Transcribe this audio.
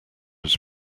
was